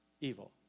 evil